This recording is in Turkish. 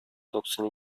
doksan